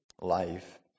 life